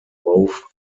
both